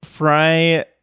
Fry